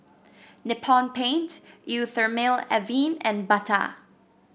Nippon Paint Eau Thermale Avene and Bata